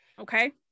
okay